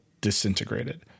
disintegrated